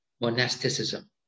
monasticism